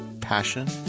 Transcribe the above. passion